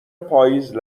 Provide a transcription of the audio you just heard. پاییز